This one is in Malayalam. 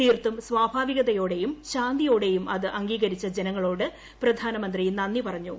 തീർത്തും സ്വാഭാവികതയോടെയും ശാന്തിയോടെയും അത് അംഗീകരിച്ച ജനങ്ങളോട് പ്രധാനമന്ത്രി നന്ദി പറഞ്ഞു